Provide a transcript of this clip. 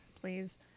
please